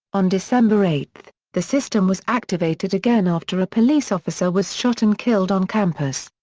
on december eight, the system was activated again after a police officer was shot and killed on campus.